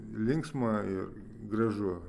linksma ir gražu